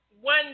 one